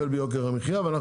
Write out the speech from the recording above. על קשב רב,